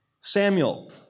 Samuel